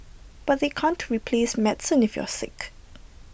but they can't replace medicine if you're sick